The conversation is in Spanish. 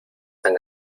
tan